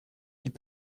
peut